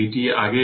তাই vt L eq didt